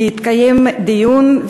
התקיים דיון,